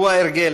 הוא ההרגל.